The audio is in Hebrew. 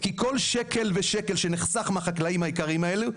כי כל שקל ושקל שנחסך מהחקלאים היקרים האלה,